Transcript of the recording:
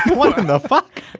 what the fuck?